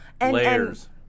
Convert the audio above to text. Layers